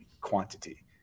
quantity